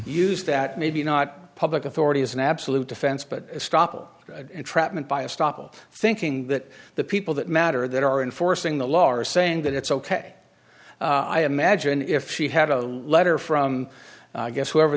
use that maybe not public authority as an absolute defense but stop an entrapment by a stop thinking that the people that matter that are enforcing the law are saying that it's ok i imagine if she had a letter from guess whoever